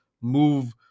move